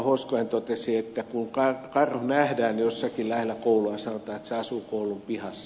hoskonen totesi kun karhu nähdään jossakin lähellä koulua että se asuu koulun pihassa